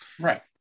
Right